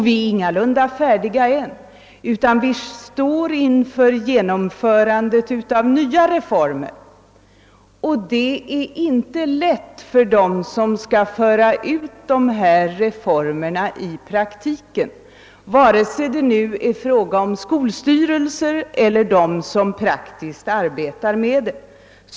Vi är ingalunda färdiga än utan står inför genomförandet av nya reformer, och det är inte lätt för dem som skall föra ut dessa reformer i praktiken, vare sig det är fråga om skolstyrelser eller om dem som praktiskt arbetar därmed.